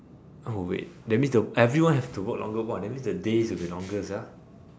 oh wait that means the everyone have to work longer !wah! that means the days will be longer sia